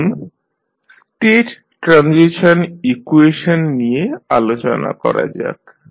এখন state transition equation নিয়ে আলোচনা করা যাক